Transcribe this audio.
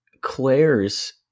Claire's